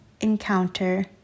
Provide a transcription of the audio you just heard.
encounter